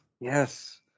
Yes